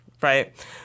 right